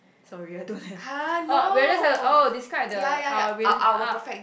sorry I don't have oh we are just to oh describe the uh uh